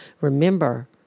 Remember